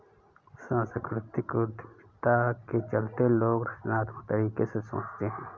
सांस्कृतिक उद्यमिता के चलते लोग रचनात्मक तरीके से सोचते हैं